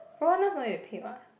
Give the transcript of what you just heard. foreigners no need to pay [what]